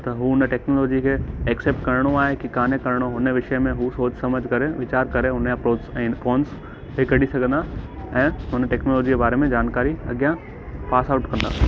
त हू हुन टैक्नोलॉजी खे एक्सेप्ट करिणो आहे की कोन्ह करिणो हुन विषयु में हू सोच सम्झ करे वीचार करे हुनजा प्रॉन्स ऐं कॉन्स हे कढी सघंदी ऐं हुन टैक्नोलॉजी जे बारे में जानकारी अॻियां पास आउट कंदा